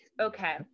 Okay